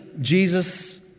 Jesus